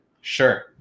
Sure